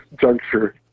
juncture